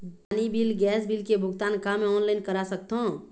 पानी bill gas bill के भुगतान का मैं ऑनलाइन करा सकथों?